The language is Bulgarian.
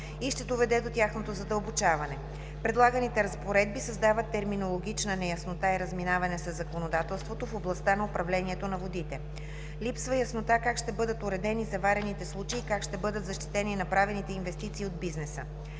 и ще доведе до тяхното задълбочаване. Предлаганите разпоредби създават терминологична неяснота и разминаване със законодателството в областта на управлението на водите. Липсва яснота как ще бъдат уредени заварените случаи и как ще бъдат защитени направените инвестиции от бизнеса.